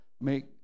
make